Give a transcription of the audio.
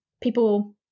people